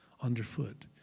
underfoot